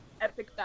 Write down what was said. Epic